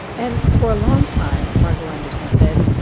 and for a long time, margo anderson said,